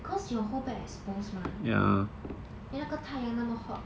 because your whole back exposed mah then 那个太阳那么 hot